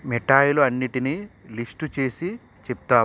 మిఠాయిలు అన్నిటినీ లిస్టు చేసి చెప్తావా